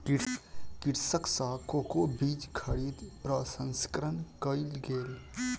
कृषक सॅ कोको बीज खरीद प्रसंस्करण कयल गेल